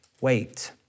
wait